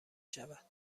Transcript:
شود